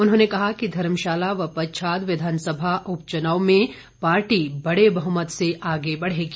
उन्होंने कहा कि धर्मशाला व पच्छाद विधानसभा उपचुनाव में पार्टी बड़े बहुमत से आगे बढ़ेगी